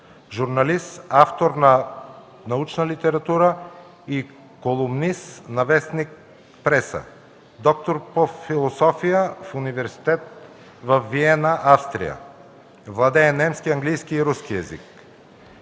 журналист и автор на научна литература и колонист на в. „Преса”; доктор е по философия в Университет във Виена, Австрия. Владее немски, английски и руски езици.